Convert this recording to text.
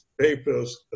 papers